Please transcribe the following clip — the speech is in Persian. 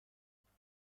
میدان